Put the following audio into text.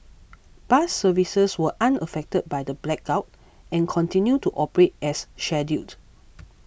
bus services were unaffected by the blackout and continued to operate as scheduled